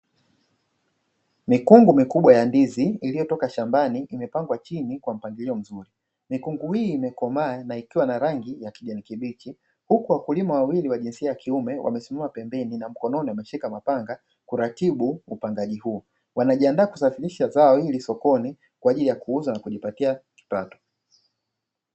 Mikungu mikubwa ya ndizi iliyotoka shambani imepangwa chini kwa mpangilio mzuri, mikungu hii imekomaa ikiwa na rangi ya kijani kibichi huku wakulima wawili wa jinsi ya kiume wakisimama pembeni na mkononi mapanga kuratibu upandaji huu. Wanajiandaa kusafirisha zao hili sokoni kwajili ya kuuza na kujipatia kipato.